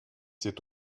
cet